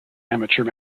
amateur